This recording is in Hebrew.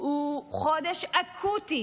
הוא חודש אקוטי